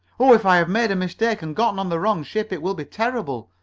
oh, if i have made a mistake and gotten on the wrong ship it will be terrible,